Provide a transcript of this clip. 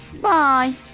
Bye